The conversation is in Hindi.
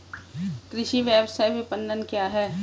कृषि व्यवसाय विपणन क्या है?